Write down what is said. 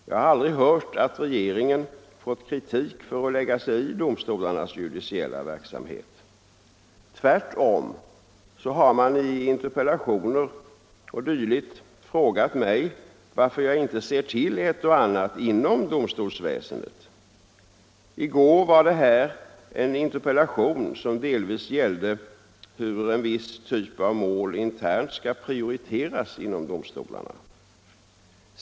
Jag har aldrig hört att regeringen fått kritik för att lägga sig i domstolarnas judiciella verksamhet. Tvärtom har man i interpellationer o. d. frågat mig varför jag inte ser till ett och annat inom domstolsväsendet. I går diskuterade vi här en interpellation som delvis gällde hur en viss typ av mål internt skall prioriteras inom domstolarna.